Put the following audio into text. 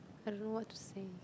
I don't know what to say